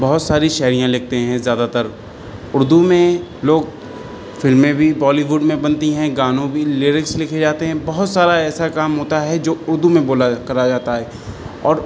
بہت ساری شاعریاں لکھتے ہیں زیادہ تر اردو میں لوگ فلمیں بھی بالیوڈ میں بنتی ہیں گانوں بھی لیرکس لکھے جاتے ہیں بہت سارا ایسا کام ہوتا ہے جو اردو میں بولا کرا جاتا ہے اور